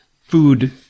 food